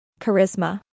Charisma